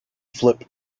flip